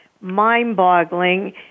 mind-boggling